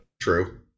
True